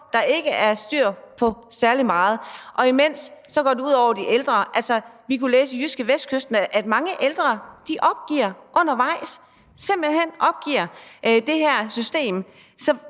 der ikke er styr på særlig meget, og imens går det ud over de ældre. Og vi kunne læse i JydskeVestkysten, at mange ældre opgiver undervejs – simpelt hen opgiver det her system.